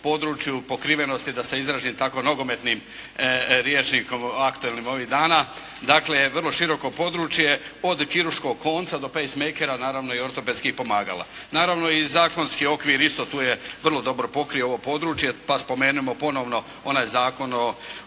podruju pokrivenosti, da se izrazim tako nogometnim rječnikom aktualnim ovih dana. Dakle, vrlo široko područje od kirurškog konca do pace makera, naravno i ortopedskih pomagala. Naravno i zakonski okvir isto tu je vrlo dobro pokrio ovo područje. Pa spomenimo ponovno onaj Zakon o